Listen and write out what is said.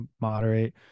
moderate